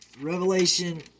Revelation